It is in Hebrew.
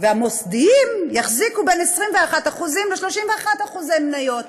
והמוסדיים יחזיקו בין 21% ל-31% מניות.